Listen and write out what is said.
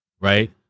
right